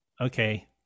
okay